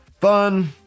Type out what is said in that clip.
Fun